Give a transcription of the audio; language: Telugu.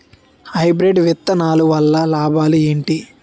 హైబ్రిడ్ విత్తనాలు వల్ల లాభాలు ఏంటి?